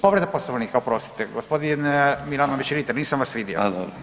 Povreda Poslovnika oprostite, g. Milanović Litre, nisam vas vidio.